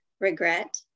regret